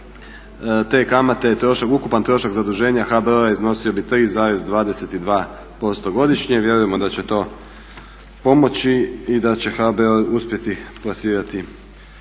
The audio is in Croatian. te kamate ukupan trošak zaduženja HBOR-a iznosio bi 3,22% godišnje. Vjerujemo da će to pomoći i da će HBOR uspjeti plasirati